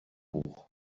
hoch